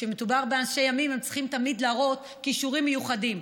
כשמדובר באנשי ימין הם צריכים תמיד להראות כישורים מיוחדים.